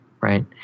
right